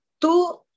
Tu